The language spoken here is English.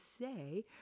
say